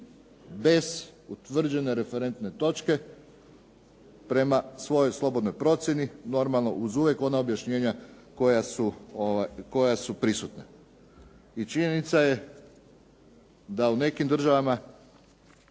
bez utvrđene referentne točke prema svojoj slobodnoj procjeni normalno uz uvijek ona objašnjenja koja su prisutna. I činjenica je da u nekim državama